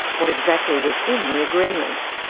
what exactly was in the agreement?